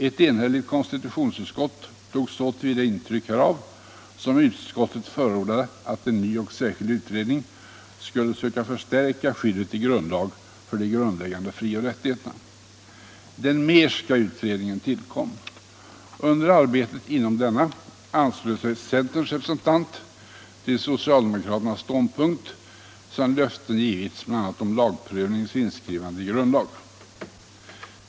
Ett enhälligt konstitutionsutskott tog så till vida intryck härav som utskottet förordade att en ny, särskild utredning skulle söka förstärka skyddet i grundlag för de grundläggande frioch rättigheterna. Den Mehrska utredningen tillkom. Under arbetet inom denna anslöt sig centerns representant till socialdemokraternas ståndpunkt, sedan löften givits bl.a. om lagprövningens inskrivande i grundlag.